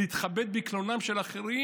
להתכבד בקלונם של אחרים,